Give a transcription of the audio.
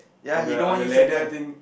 on the on the ladder thing